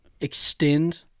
extend